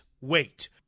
wait